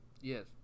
Yes